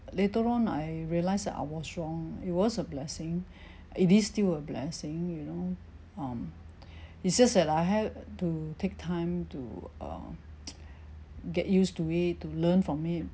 later on I realised that I was wrong it was a blessing it is still a blessing you know um it's just that I have to take time to uh get used to it to learn from it